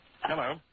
Hello